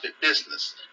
business